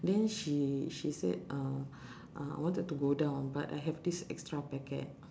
then she she said uh uh I wanted to go down but I have this extra packet